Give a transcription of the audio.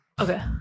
Okay